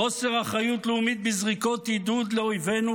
חוסר אחריות לאומית בזריקות עידוד לאויבינו,